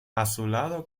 azulado